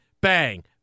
bang